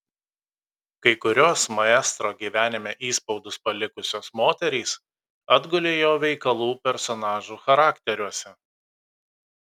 kai kurios maestro gyvenime įspaudus palikusios moterys atgulė jo veikalų personažų charakteriuose